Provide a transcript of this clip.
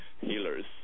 healers